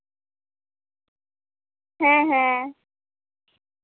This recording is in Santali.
ᱦᱮᱸ ᱦᱮᱸ